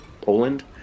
Poland